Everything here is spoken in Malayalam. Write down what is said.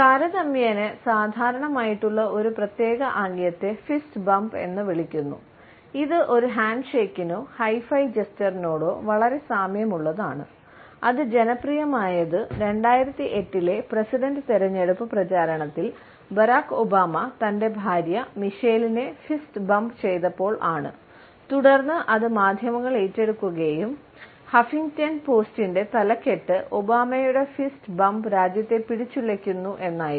താരതമ്യേന സാധാരണമായിട്ടുള്ള ഒരു പ്രത്യേക ആംഗ്യത്തെ ഫിസ്റ്റ് ബമ്പ് രാജ്യത്തെ പിടിച്ചുലക്കുന്നു എന്നായിരുന്നു